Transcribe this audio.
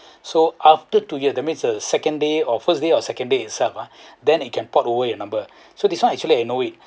so after two years that's mean the second day or first day or second day itself ah then it can port over your number so this one actually I know it